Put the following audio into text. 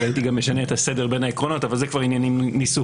הייתי משנה את הסדר בין העקרונות אבל זה כבר עניינים ניסוחיים.